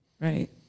Right